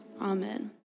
Amen